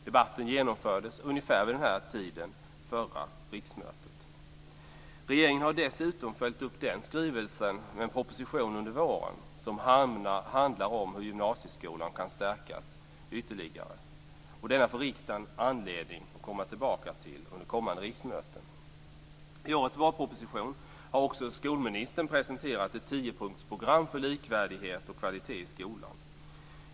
Debatten genomfördes vid ungefär den här tiden under det förra riksmötet. Regeringen har dessutom följt upp den skrivelsen med en proposition under våren som handlar om hur gymnasieskolan kan stärkas ytterligare. Och denna får riksdagen anledning att återkomma till under kommande riksmöte. I årets vårproposition har skolministern också presenterat ett tiopunktsprogram för likvärdighet och kvalitet i skolan.